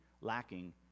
lacking